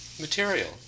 material